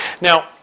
Now